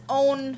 own